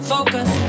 Focus